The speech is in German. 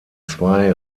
zwei